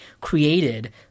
created